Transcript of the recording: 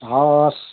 हवस्